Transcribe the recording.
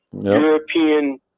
European